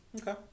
Okay